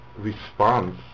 response